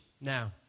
now